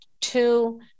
two